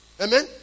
Amen